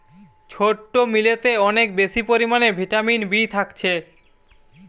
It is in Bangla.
ছোট্ট মিলেতে অনেক বেশি পরিমাণে ভিটামিন বি থাকছে